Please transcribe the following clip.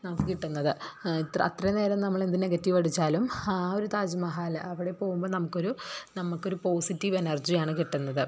നമുക്ക് കിട്ടുന്നത് ഇത്ര അത്രയും നേരം നമ്മൾ എന്തു നെഗറ്റീവടിച്ചാലും ആ ഒരു താജ് മഹൽ അവിടെ പോകുമ്പം നമുക്കൊരു നമുക്കൊരു പോസിറ്റീവ് എനർജിയാണ് കിട്ടുന്നത്